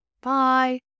Bye